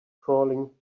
crawling